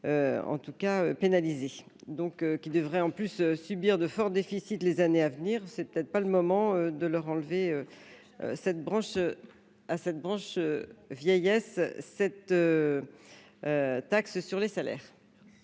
en tout cas pénalisé donc qui devrait en plus subir de forts déficits, les années à venir, c'est pas le moment de leur enlever cette branche à cette branche vieillesse cette taxe sur les salaires.